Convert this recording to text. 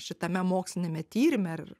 šitame moksliniame tyrime ar